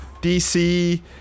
DC